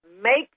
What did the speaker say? make